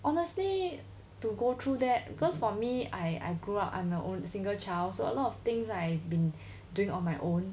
honestly to go through that because for me I I grow up I am a single child so a lot of things I been doing on my own